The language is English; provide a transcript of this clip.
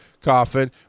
coffin